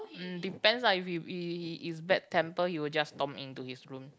mm depends ah if he he he is bad tempered he will just storm in to his room